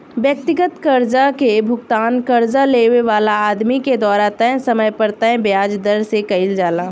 व्यक्तिगत कर्जा के भुगतान कर्जा लेवे वाला आदमी के द्वारा तय समय पर तय ब्याज दर से कईल जाला